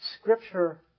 Scripture